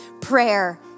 prayer